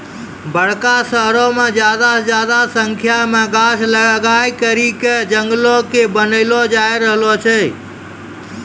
बड़का शहरो मे ज्यादा से ज्यादा संख्या मे गाछ लगाय करि के जंगलो के बनैलो जाय रहलो छै